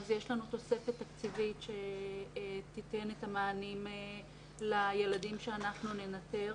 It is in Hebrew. אז יש לנו תוספת תקציבית שתיתן את המענים לילדים שאנחנו ננטר.